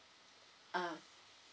ah